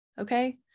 Okay